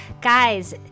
Guys